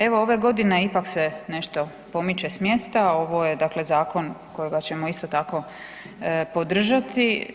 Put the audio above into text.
Evo ove godine ipak se nešto pomiče s mjesta, ovo je zakon kojega ćemo isto tako podržati.